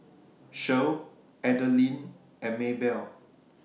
Shirl Adalynn and Maybelle